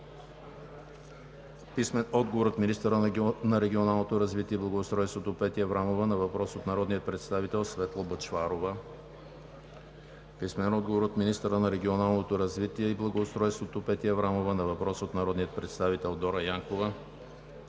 Симов; - министъра на регионалното развитие и благоустройството – Петя Аврамова, на въпрос от народния представител Светла Бъчварова; - министъра на регионалното развитие и благоустройството – Петя Аврамова, на въпрос от народния представител Дора Янкова;